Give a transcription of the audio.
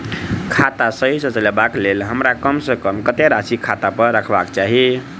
खाता सही सँ चलेबाक लेल हमरा कम सँ कम कतेक राशि खाता पर रखबाक चाहि?